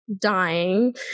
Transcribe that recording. Dying